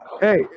Hey